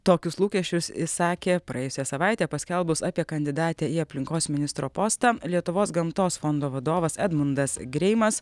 tokius lūkesčius išsakė praėjusią savaitę paskelbus apie kandidatę į aplinkos ministro postą lietuvos gamtos fondo vadovas edmundas greimas